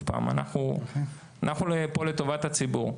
שוב פעם, אנחנו פה לטובת הציבור.